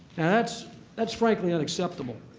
that's that's frankly unacceptable.